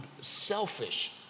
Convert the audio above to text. selfish